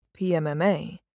PMMA